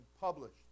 published